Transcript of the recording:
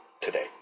today